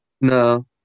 no